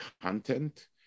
content